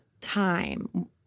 time